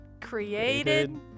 created